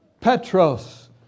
Petros